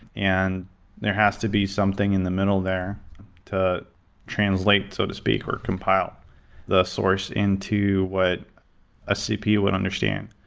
and there has to be something in the middle there to translate, so to speak, or compile the source into what a cpu would understand.